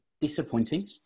Disappointing